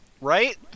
Right